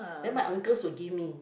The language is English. then my uncles will give me